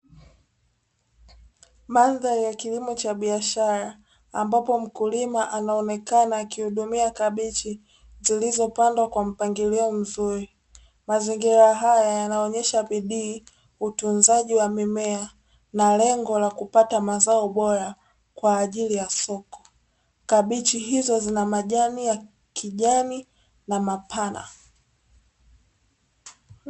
Mandhari ya kilimo cha biashara ambapo mkulima anaonekana akihudumia kabichi zilizopandwa kwa mpangilio mzuri. Mazingira haya yanaonyesha bidii, utunzaji wa mimea na lengo la kupata mazao bora kwa ajili ya soko. Kabichi hizo zina majani ya kijani na mapana.